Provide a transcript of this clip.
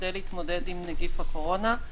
כדי להתמודד עם נגיף הקורונה.